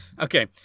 Okay